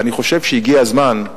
ואני חושב שהגיע הזמן,